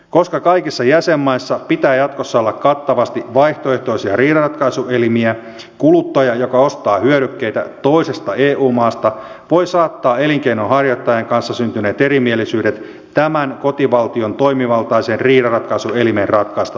koska kaikissa jäsenmaissa pitää jatkossa olla kattavasti vaihtoehtoisia riidanratkaisuelimiä kuluttaja joka ostaa hyödykkeitä toisesta eu maasta voi saattaa elinkeinonharjoittajan kanssa syntyneet erimielisyydet tämän kotivaltion toimivaltaisen riidanratkaisuelimen ratkaistavaksi